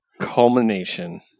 culmination